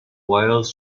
wires